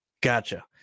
Gotcha